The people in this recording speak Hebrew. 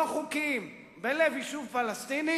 לא חוקיים, בלב יישוב פלסטיני,